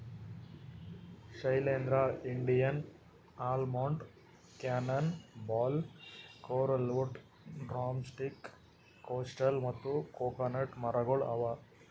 Shailendra, Indian almond, cannon ball, coralwood, drumstick, coastal ಮತ್ತ coconut ಮರಗೊಳ್ ಅವಾ